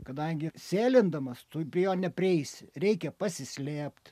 kadangi sėlindamas tu prie jo neprieisi reikia pasislėpt